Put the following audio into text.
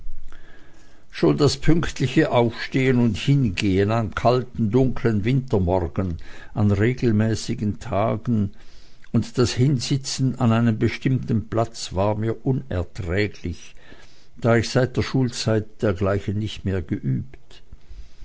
schon das pünktliche aufstehen und hingehen am kalten dunklen wintermorgen an regelmäßigen tagen und das hinsitzen an einen bestimmten platz war mir unerträglich da ich seit der schulzeit dergleichen nicht mehr geübt